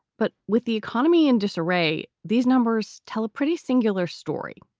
but with the economy in disarray, these numbers tell a pretty singular story.